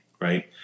Right